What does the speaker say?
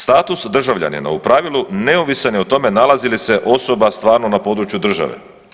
Status državljanina u pravilu neovisan je o tome nalazi li se osoba stvarno na području države.